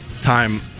time